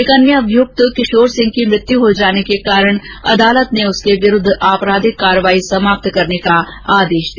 एक अन्य अभियुक्त किशोर सिंह की मृत्यु हो जाने के कारण अदालत ने उसके विरूद्ध आपराधिक कार्यवाही समाप्त करने का आदेश दिया